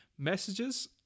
messages